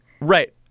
right